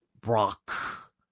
Brock